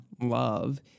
love